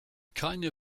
keine